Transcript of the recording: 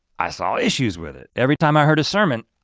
i saw issues with it. every time i heard a sermon,